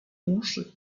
uszy